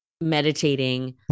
meditating